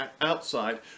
outside